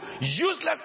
useless